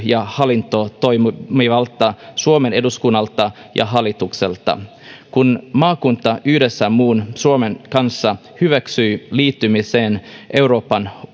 ja hallintotoimivalta suomen eduskunnalta ja hallitukselta kun maakunta yhdessä muun suomen kanssa hyväksyi liittymisen euroopan